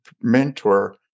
mentor